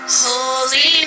holy